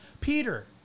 Peter